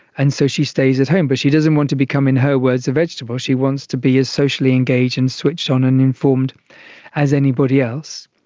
and so she stays at home. but she doesn't want to become, in her words, a vegetable, she wants to be as socially engaged and switched on and informed as anybody else,